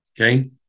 Okay